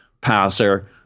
passer